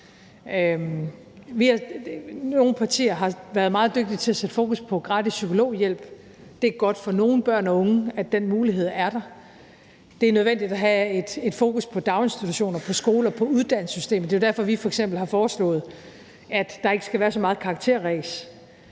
Nogle partier har været meget dygtige til at sætte fokus på gratis psykologhjælp; det er godt for nogle børn og unge, at den mulighed er der. Det er nødvendigt at have et fokus på daginstitutioner, på skoler, på uddannelsessystemet. Det er jo derfor, vi f.eks. har foreslået, at der ikke skal være så meget karakterræs.